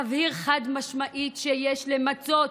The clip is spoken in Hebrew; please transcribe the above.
מבהיר חד-משמעית שיש למצות